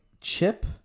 Chip